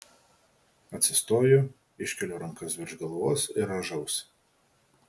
atsistoju iškeliu rankas virš galvos ir rąžausi